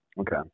Okay